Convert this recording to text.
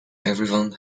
everyone